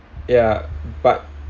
ya but